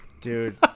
dude